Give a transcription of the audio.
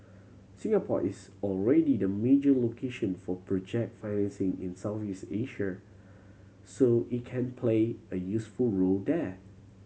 Singapore is already the major location for project financing in Southeast Asia so it can play a useful role there